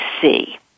see